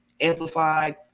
Amplified